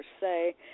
say